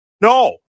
No